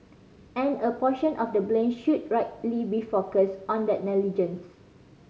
and a portion of the blame should rightly be focused on that negligence